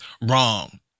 wrong